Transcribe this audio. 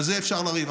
על זה אפשר לריב.